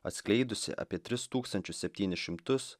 atskleidusi apie tris tūkstančius septynis šimtus